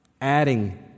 adding